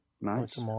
Nice